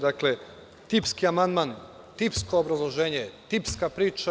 Dakle, tipski amandman, tipsko obrazloženje, tipska priča.